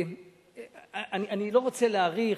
אני לא רוצה להאריך,